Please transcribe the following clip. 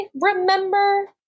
remember